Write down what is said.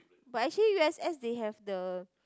but actually U_S_S they have the